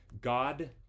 God